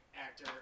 actor